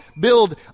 build